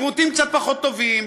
שירותים קצת פחות טובים,